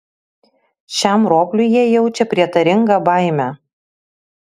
šiam ropliui jie jaučia prietaringą baimę